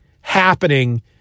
happening